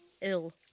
ill